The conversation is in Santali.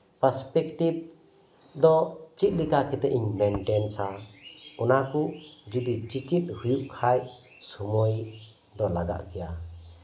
ᱯᱟᱥᱯᱮᱠᱴᱤᱵ ᱫᱚ ᱪᱮᱫᱞᱮᱠᱟ ᱠᱮᱛᱫ ᱤᱧ ᱢᱮᱱᱴᱮᱱᱼᱟ ᱚᱱᱟ ᱠᱚ ᱡᱩᱫᱤ ᱪᱮᱪᱮᱫ ᱦᱩᱭᱩᱜ ᱠᱷᱟᱱ ᱥᱚᱢᱚᱭ ᱫᱚ ᱞᱟᱜᱟᱜ ᱜᱮᱭᱟ